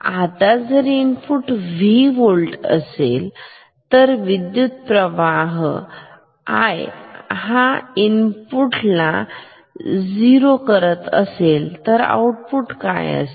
आता जर input 0 volt असेल जर विद्युतप्रवाह I हा इनपुट ला 0 करत असेल तर आउटपुट काय असेल